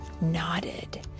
nodded